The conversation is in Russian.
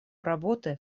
работы